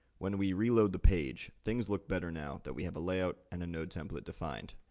when we reload the page, things look better now that we have a layout and node template defined.